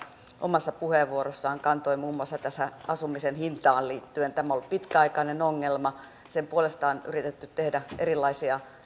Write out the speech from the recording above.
omassa puheenvuorossaan kantoi muun muassa tähän asumisen hintaan liittyen tämä on ollut pitkäaikainen ongelma sen puolesta on yritetty tehdä erilaisia